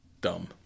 dumb